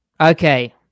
Okay